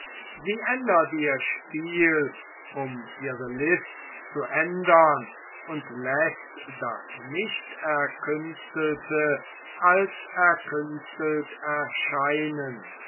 sie ändert ihr spiel um ihre list zu ändern und läßt das nicht erkünstelte als erkünstelt erscheinen